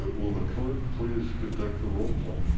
will the clerk please conduct the roll call?